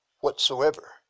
Whatsoever